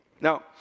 Now